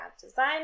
Design